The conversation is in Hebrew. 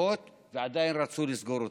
בבריכות ועדיין רצו לסגור אותן.